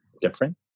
different